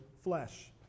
flesh